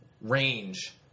range